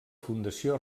fundació